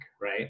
right